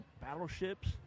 battleships